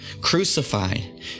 crucified